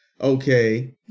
Okay